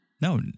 No